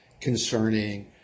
concerning